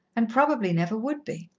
and probably never would be.